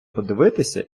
подивитися